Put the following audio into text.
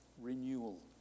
renewal